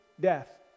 death